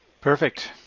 Perfect